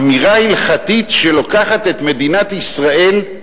אמירה הלכתית שלוקחת את מדינת ישראל,